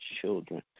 children